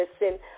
listen